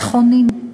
לא נכונים?